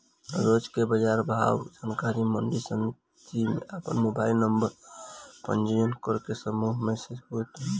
रोज के बाजार भाव के जानकारी मंडी समिति में आपन मोबाइल नंबर पंजीयन करके समूह मैसेज से होई?